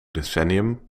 decennium